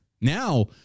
now